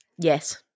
Yes